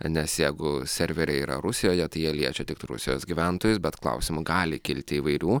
nes jeigu serveriai yra rusijoje tai jie liečia tik rusijos gyventojus bet klausimų gali kilti įvairių